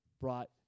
brought